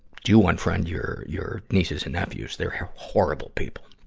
do unfriend your, your nieces and nephews they're horrible people.